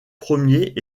premiers